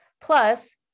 Plus